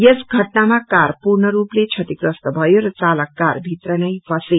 यस घअनामा कार पूएर्ण रूपले क्षतिग्रस्त भयो र चालक कार भित्रै फसे